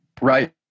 Right